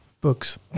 books